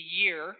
year